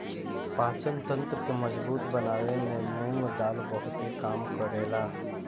पाचन तंत्र के मजबूत बनावे में मुंग दाल बहुते काम करेला